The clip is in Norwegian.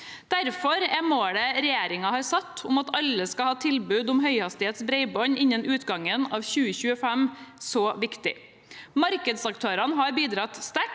Derfor er målet regjeringen har satt om at alle skal ha tilbud om høyhastighetsbredbånd innen utgangen av 2025, så viktig. Markedsaktørene har bidratt sterkt,